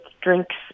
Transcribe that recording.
drinks